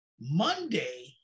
Monday